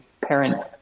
parent